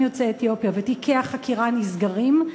יוצאי אתיופיה ותיקי החקירה נסגרים,